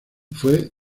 fue